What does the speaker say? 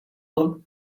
them